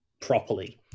properly